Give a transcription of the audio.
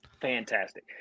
fantastic